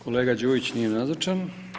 Kolega Đujić nije nazočan.